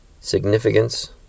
significance